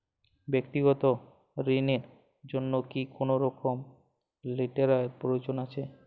ব্যাক্তিগত ঋণ র জন্য কি কোনরকম লেটেরাল প্রয়োজন আছে?